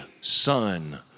son